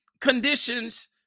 conditions